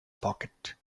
pocket